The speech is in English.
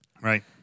Right